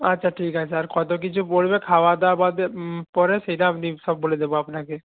আচ্ছা ঠিক আছে আর কতো কিছু পড়বে খাওয়া দাওয়া বাদে পরে সেইটা আপনি সব বলে দেবো আপনাকে